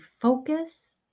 focus